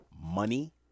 money